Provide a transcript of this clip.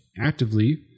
actively